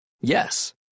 Yes